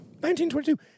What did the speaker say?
1922